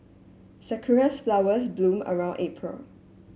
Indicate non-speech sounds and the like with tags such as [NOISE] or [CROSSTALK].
sakura [UNINTELLIGIBLE] flowers bloom around April